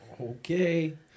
Okay